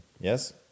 Yes